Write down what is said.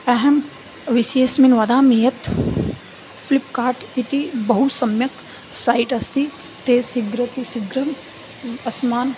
अहं विषयेस्मिन् वदामि यत् फ़्लिप्कार्ट् इति बहुसम्यक् सैट् अस्ति ते शीघ्रातिशीघ्रम् अस्मान्